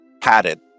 padded